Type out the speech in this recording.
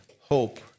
Hope